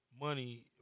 money